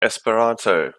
esperanto